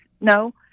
no